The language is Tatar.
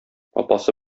апасы